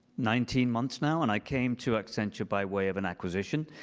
nineteen months now. and i came to accenture by way of an acquisition.